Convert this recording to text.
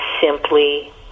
simply